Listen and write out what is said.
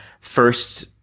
first